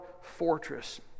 fortress